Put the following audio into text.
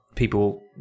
people